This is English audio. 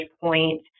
point